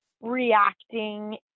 reacting